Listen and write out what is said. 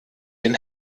den